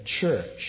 church